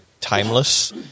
timeless